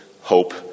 hope